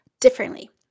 differently